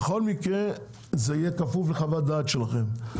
בכל מקרה זה יהיה כפוף לחוות דעת שלכם,